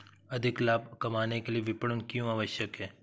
अधिक लाभ कमाने के लिए विपणन क्यो आवश्यक है?